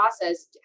process